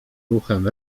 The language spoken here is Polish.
ruchem